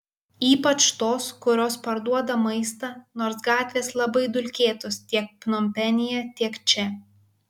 ypač tos kurios parduoda maistą nors gatvės labai dulkėtos tiek pnompenyje tiek čia